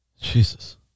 Jesus